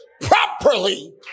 properly